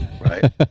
right